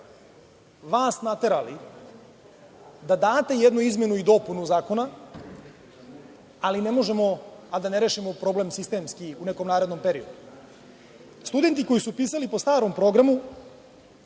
vas naterali da date jednu izmenu i dopunu Zakona, ali ne možemo a da ne rešimo problem sistemski u nekom narednom periodu. Studenti koji su pisali po starom programu